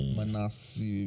Manasi